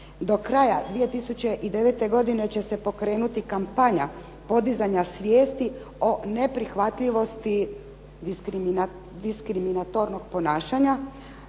Do kraja 2009. godine će se pokrenuti kampanja podizanja svijesti o neprihvatljivosti diskriminatornog ponašanja,